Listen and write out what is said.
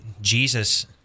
Jesus